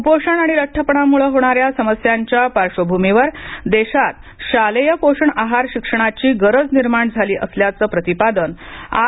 क्पोषण आणि लठ्ठपणाम्ळे होणाऱ्या समस्यांच्या पार्श्वभ्रमीवर देशात शालेय पोषण आहार शिक्षणाची गरज निर्माण झाली असल्याचे प्रतिपादन आय